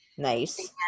Nice